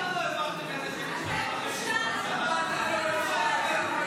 למה לא העברתם את זה כשהייתם שנה וחצי בממשלה?